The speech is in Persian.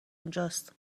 اونجاست